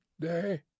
day